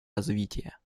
развития